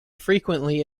frequently